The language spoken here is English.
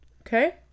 Okay